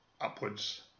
upwards